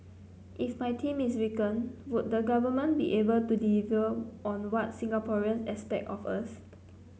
if my team is weakened would the government be able to deliver on what Singaporean expect of us